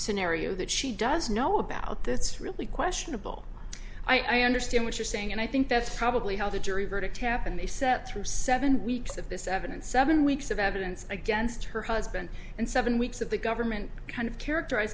scenario that she does know about this really questionable i understand what you're saying and i think that's probably how the jury verdict happened they set through seven weeks of this evidence seven weeks of evidence against her husband and seven weeks of the government kind of character